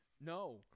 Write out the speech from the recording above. No